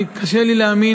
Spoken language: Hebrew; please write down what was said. אני, קשה לי להאמין.